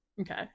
Okay